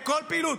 בכל פעילות.